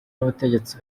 n’ubutegetsi